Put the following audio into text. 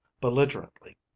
belligerently